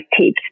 tips